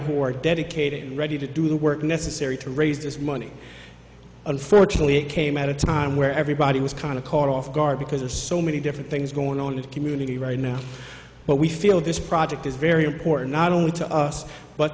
who are dedicated and ready to do the work necessary to raise this money unfortunately it came at a time where everybody was kind of caught off guard because there's so many different things going on in the community right now but we feel this project is very important not only to us but